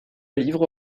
livre